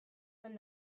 and